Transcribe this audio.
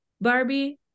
Barbie